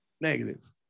Negative